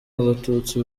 abatutsi